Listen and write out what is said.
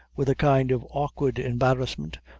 with a kind of awkward embarrassment,